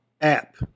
app